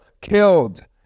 killed